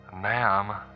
Ma'am